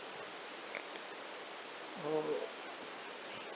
orh